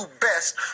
best